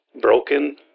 broken